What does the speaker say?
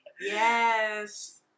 Yes